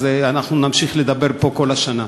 אנחנו נמשיך לדבר פה כל השנה.